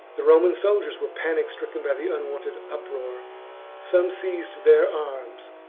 the roman soldiers were panic-stricken by the unwonted uproar some seized their arms,